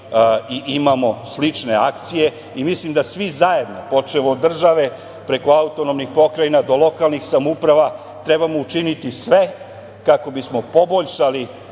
i imamo slične akcije i mislim da svi zajedno, počev od države preko autonomnih pokrajina do lokalnih samouprava treba da učinimo sve kako bismo poboljšali